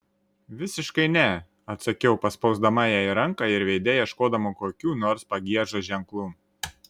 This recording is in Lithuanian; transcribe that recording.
visiškai ne atsakiau paspausdama jai ranką ir veide ieškodama kokių nors pagiežos ženklų